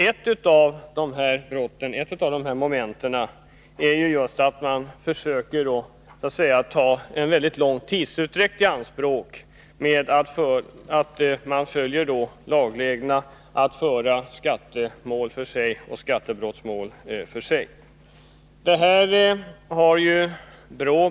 Ett av momenten är att man försöker ta mycket lång tid i anspråk, varvid man följer lagbestämmelsen att behandla skattemål och skattebrottmål var för sig.